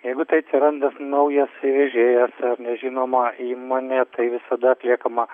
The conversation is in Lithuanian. jeigu tai atsiranda naujas įvežėjas ar nežinoma įmonė tai visada atliekama